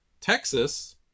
Texas